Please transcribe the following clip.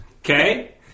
Okay